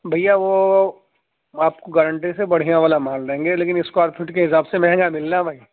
بھیا وہ آپ کو گارنٹی سے بڑھیا والا مال دیں گے لیکن اسکوائر فٹ کے حساب سے مہنگا مل رہا ہے بھائی